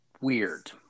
weird